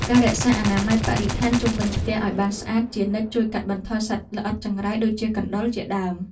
ការរក្សាអនាម័យបរិស្ថានជុំវិញផ្ទះឱ្យបានស្អាតជានិច្ចជួយកាត់បន្ថយសត្វល្អិតចង្រៃដូចជាកណ្តុរជាដើម។